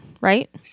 right